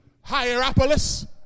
Hierapolis